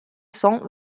cents